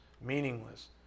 meaningless